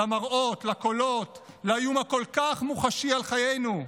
למראות, לקולות, לאיום הכל-כך מוחשי על חיינו.